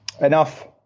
enough